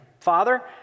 Father